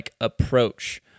approach